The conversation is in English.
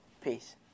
Peace